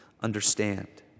understand